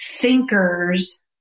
thinkers